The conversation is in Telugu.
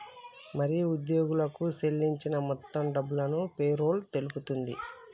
మరి ఉద్యోగులకు సేల్లించిన మొత్తం డబ్బును పేరోల్ తెలుపుతుంది